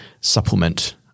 supplement